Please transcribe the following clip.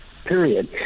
Period